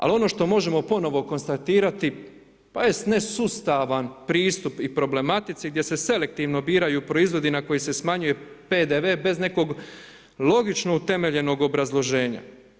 Ali ono što možemo ponovno kontaktirati, nesustavna pristup i problematici, gdje se selektivno biraju proizvodi na koji se smanjuju PDV bez nekog logično utemeljenog obrazloženja.